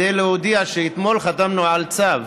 כדי להודיע שאתמול חתמנו על צו